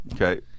Okay